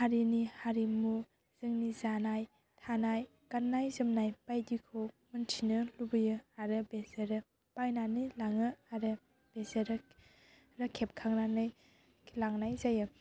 हारिनि हारिमु जोंनि जानाय थानाय गाननाय जोमनाय बायदिखौ मोनथिनो लुबैयो आरो बेसोरो बायनानै लाङो आरो बेसोरो खेबखांनानै लांनाय जायो